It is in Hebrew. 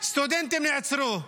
שסטודנטים נעצרו,